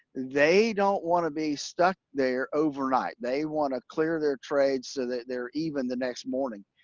they don't want to be stuck there overnight. they want to clear their trade so that they're even the next morning,